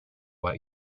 what